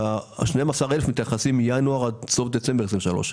ה-12,000 מתייחסים מינואר עד סוף דצמבר 23',